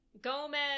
Gomez